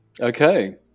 okay